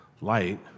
Light